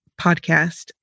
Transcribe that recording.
podcast